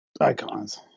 icons